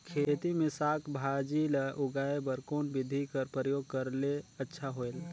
खेती मे साक भाजी ल उगाय बर कोन बिधी कर प्रयोग करले अच्छा होयल?